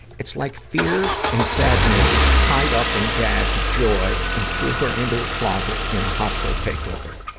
it's like fear and sadness tied up and gagged joy and threw her into a closet in a hostile takeover.